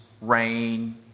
rain